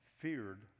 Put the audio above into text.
feared